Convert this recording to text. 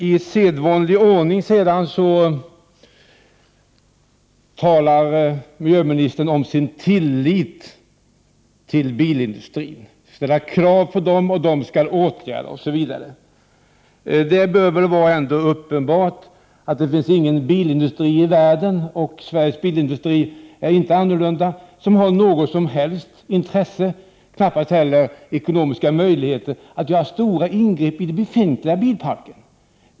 I sedvanlig ordning talar miljöministern om sin tillit till bilindustrin. Det talas om de krav som ställs på denna, om de åtgärder som skall vidtas osv. Men det bör väl ändå vara uppenbart att ingen bilindustri i världen, alltså inte heller Sveriges bilindustri, har något som helst intresse eller ens ekonomiska möjligheter att göra stora ingrepp i fråga om den befintliga bilparken.